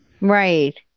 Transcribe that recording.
Right